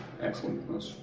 Excellent